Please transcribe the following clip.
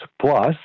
plus